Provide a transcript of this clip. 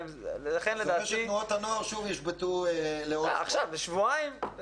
לכן לדעתי --- זה אומר שתנועות הנוער שוב ישבתו לאורך שבועיים.